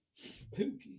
Pookie